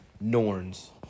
Norns